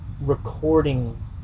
recording